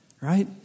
Right